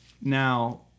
Now